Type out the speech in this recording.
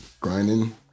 grinding